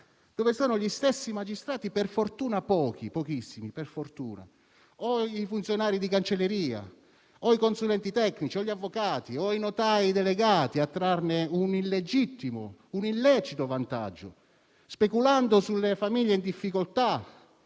dove sono gli stessi magistrati - per fortuna pochi, pochissimi - i funzionari di cancelleria, i consulenti tecnici, gli avvocati o i notai delegati a trarne un illecito vantaggio, speculando sulle famiglie in difficoltà